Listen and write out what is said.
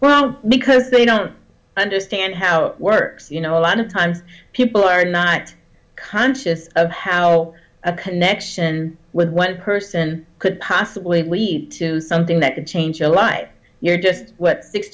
well because they don't understand how it works you know a lot of times people are not conscious of how a connection with one person could possibly lead to something that could change your life you're just what six